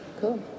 Cool